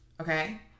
okay